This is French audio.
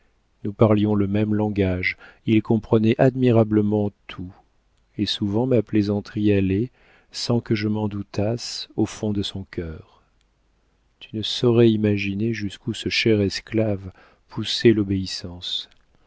nous parlions le même langage il comprenait admirablement tout et souvent ma plaisanterie allait sans que je m'en doutasse au fond de son cœur tu ne saurais imaginer jusqu'où ce cher esclave poussait l'obéissance